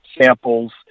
samples